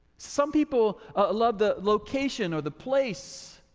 some people love the location or the place.